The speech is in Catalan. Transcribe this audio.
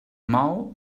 mou